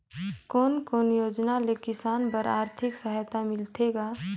कोन कोन योजना ले किसान बर आरथिक सहायता मिलथे ग?